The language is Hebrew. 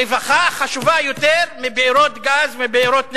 רווחה חשובה יותר מבארות גז, מבארות נפט.